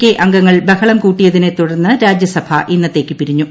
K അംഗങ്ങൾ ബഹളം കൂട്ടിയതിനെ തുടർന്ന് രാജ്യസഭ ഇന്നത്തേക്ക് പിരിഞ്ഞു